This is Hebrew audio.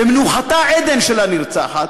ומנוחתה עדן, הנרצחת,